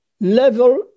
level